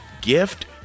gift